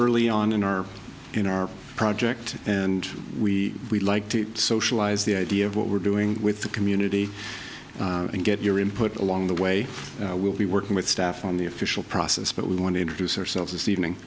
early on in our in our project and we would like to socialize the idea of what we're doing with the community and get your input along the way we'll be working with staff on the official process but we want to introduce ourselves this evening